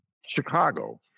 Chicago